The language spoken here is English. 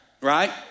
right